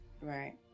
Right